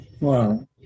Wow